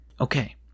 Okay